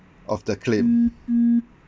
of the claim